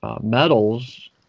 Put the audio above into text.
metals